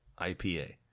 IPA